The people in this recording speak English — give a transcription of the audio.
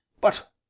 But